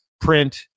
print